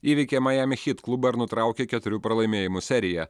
įveikė miami heat klubą ir nutraukė keturių pralaimėjimų seriją